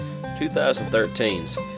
2013's